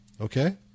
Okay